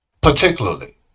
particularly